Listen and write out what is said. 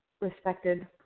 Respected